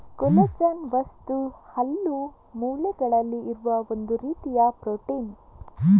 collagen ವಸ್ತು ಹಲ್ಲು, ಮೂಳೆಗಳಲ್ಲಿ ಇರುವ ಒಂದು ರೀತಿಯ ಪ್ರೊಟೀನ್